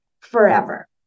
forever